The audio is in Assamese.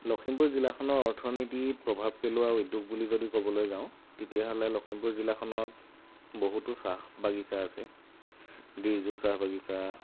লখিমপুৰ জিলাখনৰ অৰ্থনীতিত প্ৰভাৱ পেলোৱা উদ্যোগ বুলি যদি ক'বলৈ যাওঁ তেতিয়াহ'লে লখিমপুৰ জিলাখনত বহুতো চাহ বাগিচা আছে ডিজু চাহ বাগিচা